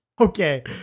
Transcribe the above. Okay